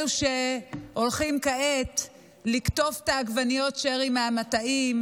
אלה שהולכים כעת לקטוף את עגבניות השרי מהמטעים,